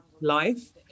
life